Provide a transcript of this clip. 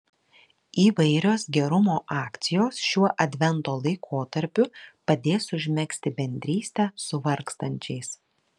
įvairios gerumo akcijos šiuo advento laikotarpiu padės užmegzti bendrystę su vargstančiais